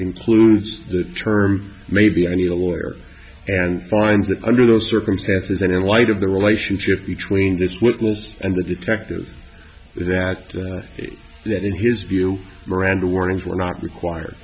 includes the term maybe i need a lawyer and finds that under those circumstances and in light of the relationship between this and the detective that that in his view miranda warnings were not required